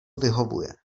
vyhovuje